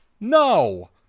No